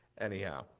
Anyhow